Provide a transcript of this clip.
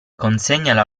consegnala